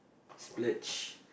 splurge